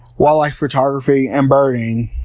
wildlife photography, and birding.